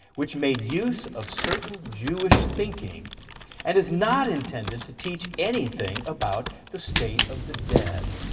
which made use of certain jewish thinking and is not intended to teach anything about the state of the dead,